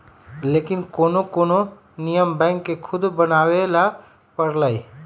लेकिन कोनो कोनो नियम बैंक के खुदे बनावे ला परलई